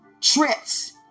trips